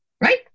Right